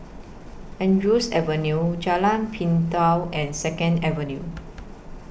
Andrews Avenue Jalan Pintau and Second Avenue